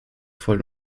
voll